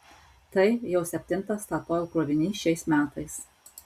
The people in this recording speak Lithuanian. tai jau septintas statoil krovinys šiais metais